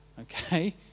Okay